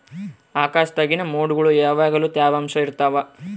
ಆಕಾಶ್ದಾಗಿನ ಮೊಡ್ಗುಳು ಯಾವಗ್ಲು ತ್ಯವಾಂಶ ಇರ್ತವ